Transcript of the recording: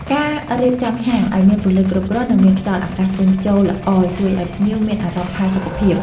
ការរៀបចំហាងឱ្យមានពន្លឺគ្រប់គ្រាន់និងមានខ្យល់អាកាសចេញចូលល្អជួយឱ្យភ្ញៀវមានអារម្មណ៍ផាសុកភាព។